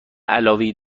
علاوه